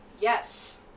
Yes